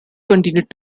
continued